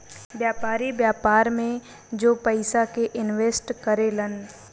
व्यापारी, व्यापार में जो पयिसा के इनवेस्ट करे लन